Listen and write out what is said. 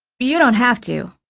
you don't have to,